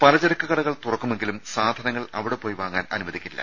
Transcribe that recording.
പലചരക്ക് കടകൾ തുറക്കുമെങ്കിലും സാധനങ്ങൾ അവിടെ പോയി വാങ്ങാൻ അനുവദിക്കില്ല